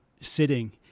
sitting